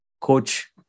coach